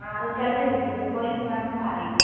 ആ റിസൾട്ട് കിട്ടി food poison ആണെന്നാണ് പറയുന്നത്